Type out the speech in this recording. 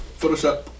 Photoshop